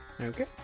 Okay